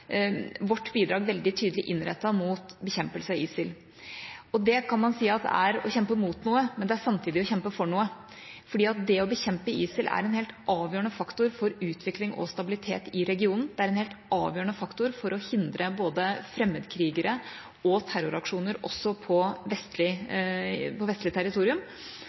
vårt bidrag veldig tydelig innrettet mot bekjempelse av ISIL. Det kan man si er å kjempe mot noe, men det er samtidig å kjempe for noe. Det å bekjempe ISIL er en helt avgjørende faktor for utvikling og stabilitet i regionen. Det er en helt avgjørende faktor for å hindre både fremmedkrigere og terroraksjoner, også på vestlig